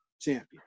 champion